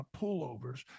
pullovers